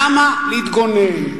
למה להתגונן?